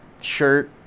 shirt